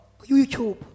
YouTube